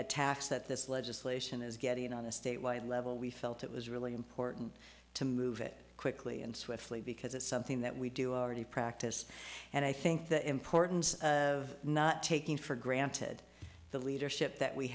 attacks that this legislation is getting on a statewide level we felt it was really important to move it quickly and swiftly because it's something that we do on any practice and i think the importance of not taking for granted the leadership that we